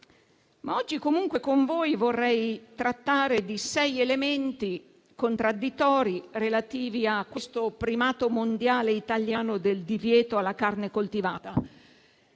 Oggi con voi vorrei trattare di sei elementi contradditori relativi a questo primato mondiale italiano del divieto alla carne coltivata.